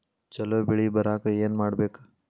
ಛಲೋ ಬೆಳಿ ಬರಾಕ ಏನ್ ಮಾಡ್ಬೇಕ್?